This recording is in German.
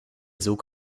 sog